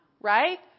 Right